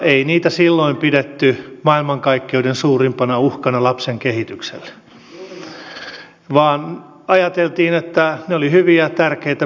ei niitä silloin pidetty maailmankaikkeuden suurimpana uhkana lapsen kehitykselle vaan ajateltiin että ne olivat hyviä tärkeitä peruselementtejä